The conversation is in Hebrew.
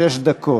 שש דקות.